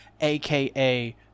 aka